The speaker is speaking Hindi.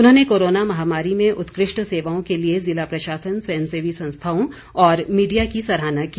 उन्होंने कोरोना महामारी में उत्कृष्ट सेवाओं के लिए ज़िला प्रशासन स्वयं सेवी संस्थाओं और मीडिया की सराहना की